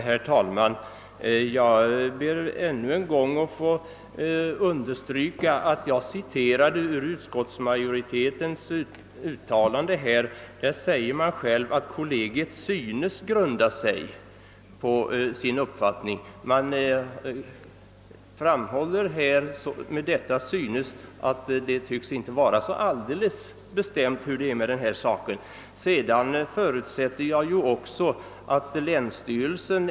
Herr talman! Jag ber att få understryka att vad jag citerade var hämtat ur utskottsmajoritetens uttalande. Majoriteten säger där att kammarkollegiet konstaterar att utsyningsförmånen inte synes grunda sig på någon laglig rätt. Med detta ord »synes» framhåller man såvitt jag förstår att det inte tycks vara helt avgjort hur det är med denna sak.